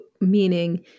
meaning